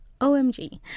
OMG